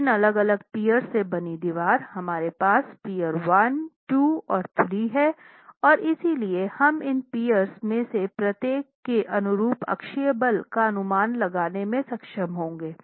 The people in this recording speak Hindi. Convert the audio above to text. तीन अलग अलग पिएर्स से बनी दीवार हमारे पास पियर 1 पियर 2 और पियर 3 है और इसलिए हम इन पियर्स में से प्रत्येक के अनुरूप अक्षीय बल का अनुमान लगाने में सक्षम होंगे